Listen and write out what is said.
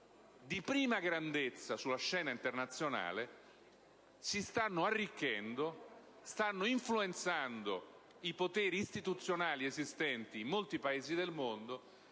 di prima grandezza sulla scena internazionale, stanno arricchendo e stanno influenzando i poteri istituzionali esistenti in molti Paesi del mondo.